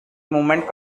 movement